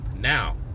now